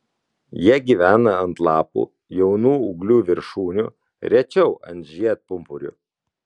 jie gyvena ant lapų jaunų ūglių viršūnių rečiau ant žiedpumpurių